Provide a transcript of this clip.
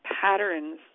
patterns